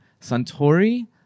Santori